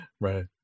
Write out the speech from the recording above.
Right